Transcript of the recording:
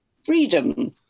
freedom